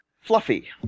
Fluffy